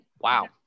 Wow